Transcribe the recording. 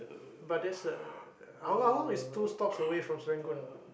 but that's a Hougang is two stops away from Serangoon